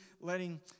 letting